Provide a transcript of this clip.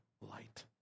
light